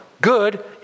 good